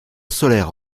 solaire